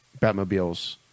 Batmobiles